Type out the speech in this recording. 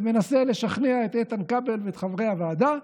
ומנסה לשכנע את איתן כבל ואת חברי הוועדה,